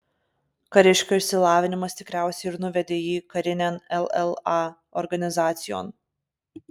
kariškio išsilavinimas tikriausiai ir nuvedė jį karinėn lla organizacijon